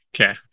Okay